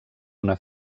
una